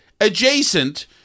adjacent